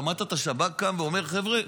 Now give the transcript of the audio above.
שמעת את השב"כ אומר: חבר'ה,